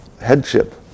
headship